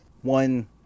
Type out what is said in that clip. one